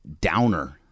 downer